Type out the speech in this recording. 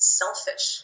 selfish